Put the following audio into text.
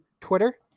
Twitter